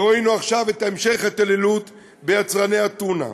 ראינו עכשיו את המשך ההתעללות ביצרני הטונה.